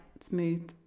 smooth